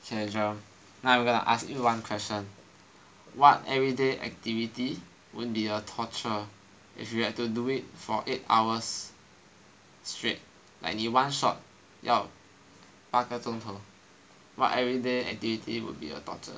ok Jerome now I am going to ask you one question what everyday activity would be a torture if you have to do it for eight hours straight like 你 one shot 要八个钟头 what everyday activity would be a torture